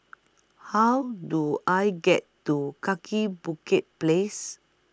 How Do I get to Kaki Bukit Place